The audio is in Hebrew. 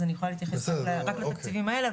אז אני יכולה להתייחס רק לתקציבים האלה.